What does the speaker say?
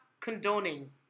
condoning